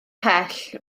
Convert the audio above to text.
pell